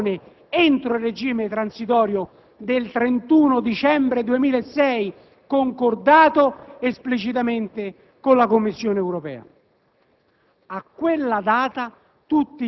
concreta ed effettiva applicazione entro il regime transitorio del 31 dicembre 2006, concordato esplicitamente con la Commissione europea.